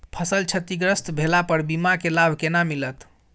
फसल क्षतिग्रस्त भेला पर बीमा के लाभ केना मिलत?